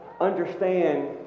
understand